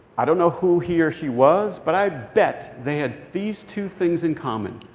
i don't know who he or she was, but i bet they had these two things in common.